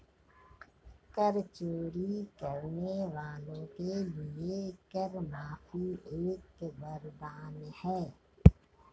कर चोरी करने वालों के लिए कर माफी एक वरदान है